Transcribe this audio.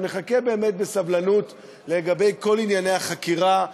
אנחנו נחכה בסבלנות בכל ענייני החקירה,